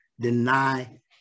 deny